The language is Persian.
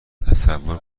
تصور